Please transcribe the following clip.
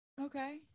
Okay